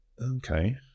Okay